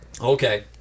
Okay